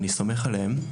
אני סומך עליהם,